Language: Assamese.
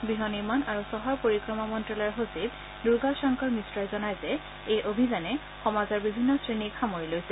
গহ নিৰ্মাণ আৰু চহৰ পৰিক্ৰমা মন্ত্ৰালয়ৰ সচিব দূৰ্গা শংকৰ মিশ্ৰই জনায় যে এই অভিযানে সমাজৰ বিভিন্ন শ্ৰেণীক সামৰি লৈছে